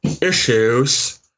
issues